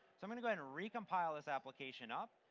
so i'm going going to recompile this application up.